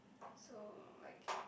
so like